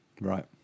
right